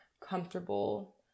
comfortable